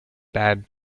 bad